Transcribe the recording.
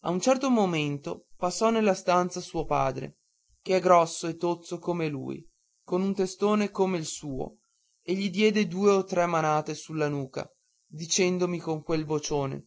a un certo momento passò nella stanza suo padre che è grosso e tozzo come lui con un testone come il suo e gli diede due o tre manate sulla nuca dicendomi con quel vocione